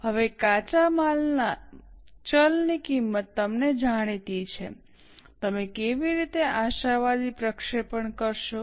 હવે કાચા માલની ચલ કિંમત તમને જાણીતી છે તમે કેવી રીતે આશાવાદી પ્રક્ષેપણ કરશો